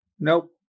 Nope